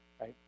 right